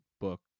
book